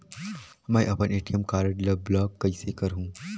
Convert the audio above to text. मै अपन ATM card ल ब्लाक कइसे करहूं?